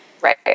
Right